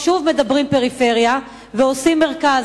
שוב, מדברים פריפריה ועושים מרכז.